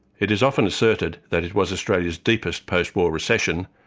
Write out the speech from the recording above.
it is often asserted that it was australia's deepest post-war recession,